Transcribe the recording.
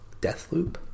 Deathloop